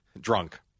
drunk